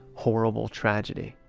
horrible tragedy